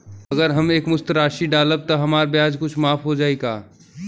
अगर हम एक मुस्त राशी डालब त हमार ब्याज कुछ माफ हो जायी का?